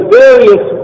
various